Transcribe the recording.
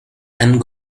and